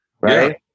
right